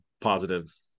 positive